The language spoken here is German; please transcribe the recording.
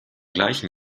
gleichen